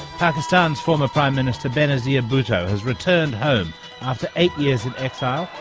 pakistan's former prime minister, benazir bhutto has returned home after eight years of exile,